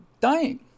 dying